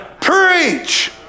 preach